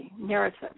narrative